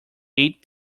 eight